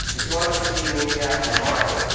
if you want to succeed in the international market,